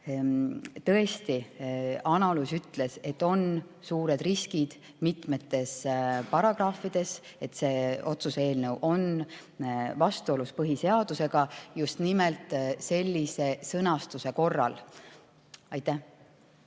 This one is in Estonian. Tõesti, analüüs ütles, et on suur risk mitme paragrahvi puhul, et see otsuse eelnõu on vastuolus põhiseadusega – just nimelt sellise sõnastuse korral. Aitäh!